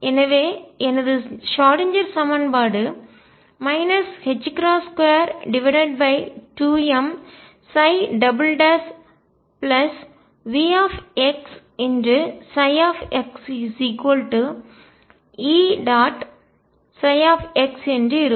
எனவே எனது ஷ்ராடின்ஜெர் சமன்பாடு 22mψVxxEψx என்று இருக்கும்